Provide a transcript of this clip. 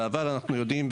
בעבר אנחנו יודעים,